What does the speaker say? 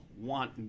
want